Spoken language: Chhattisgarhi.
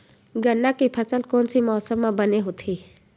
गन्ना के फसल कोन से मौसम म बने होथे?